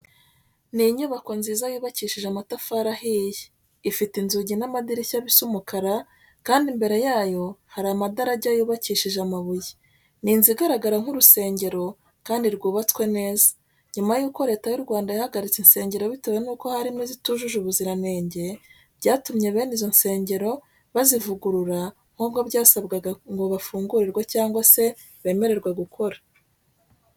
Ni inyubako nziza yubakishije amatafari ahiye, ifte inzugi n'amadirishya bisa umukara, kandi imbere yayo hari amadarajya yubakishije amabuye. Ni inzu igaragara nk'urusengero kandi rwubatswe neza. Nyuma yuko Leta y'u Rwanda yahagaritse insengero bitewe n'uko harimo izitujuje ubuziranenge, byatumye bene izo nsengero bazivugurura nk'uko byasabwaga kugira ngo bafungurirwe cyangwa se bemererwe gukora.